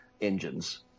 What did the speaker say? engines